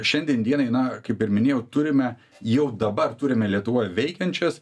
šiandien dienai na kaip ir minėjau turime jau dabar turime lietuvoj veikiančias